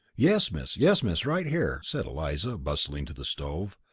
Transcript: yes, miss yes, miss right here, said eliza, bustling to the stove.